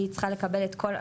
היא צריכה לקבל את כל,